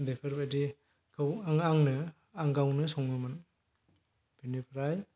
बेफोरबायदिखौ आं आंनो गावनो सङोमोन बेनिफ्राय